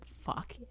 Fuck